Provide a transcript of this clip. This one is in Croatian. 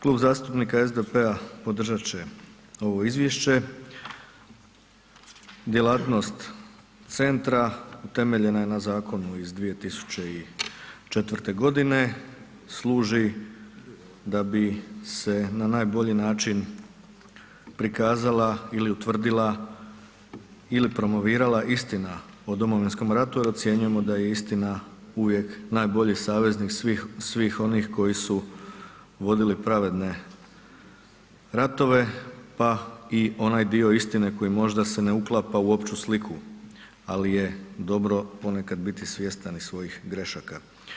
Klub zastupnika SDP-a podržat će ovo izvješće, djelatnost centra utemeljena je na zakonu iz 2004. g., služi da bi se na najbolji način prikazala ili utvrdila ili promovirala istina o Domovinskom ratu jer ocjenjujemo da je istina uvijek najbolji saveznik svih onih koji su vodili pravedne ratove pa i onaj dio istine koji možda se ne uklapa u opću sliku ali je dobro ponekad biti svjestan i svojih grešaka.